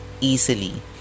easily